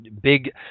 big